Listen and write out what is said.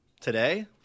Today